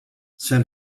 san